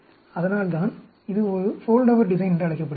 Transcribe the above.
அதனால்தான் இது ஒரு ஃபோல்டோவர் டிசைன் என்று அழைக்கப்படுகிறது